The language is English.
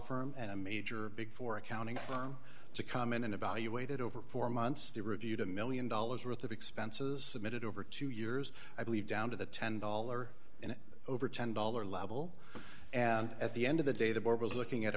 firm and a major big four accounting firm to come in and evaluate it over four months they reviewed a one million dollars worth of expenses submitted over two years i believe down to the ten dollars an over ten dollars level and at the end of the day the board was looking at